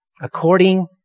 according